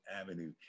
Avenue